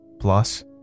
Plus